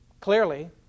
clearly